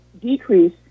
decrease